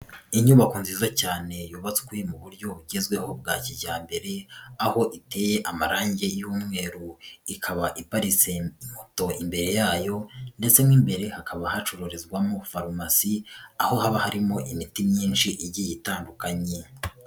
Inyubako nziza cyane yubatswe mu buryo bugezweho bwa kijyambere aho iteye amarangi y'umweru ikaba iparitse moto imbere yayo ndetse n'imbere hakaba hacururizwamo farumasi aho haba harimo imiti myinshi igiye itandukanye.